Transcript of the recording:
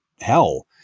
hell